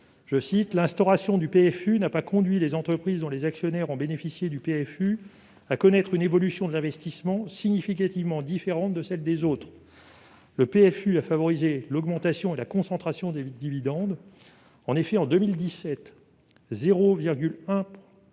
:« L'instauration du PFU n'a pas conduit les entreprises dont les actionnaires ont bénéficié du PFU à connaître une évolution de l'investissement significativement différente de celle des autres. » Le PFU a favorisé l'augmentation et la concentration des dividendes. En effet, en 2017, 0,1